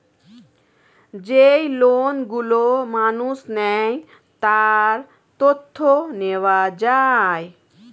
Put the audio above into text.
যেই লোন গুলো মানুষ নেয়, তার তথ্য নেওয়া যায়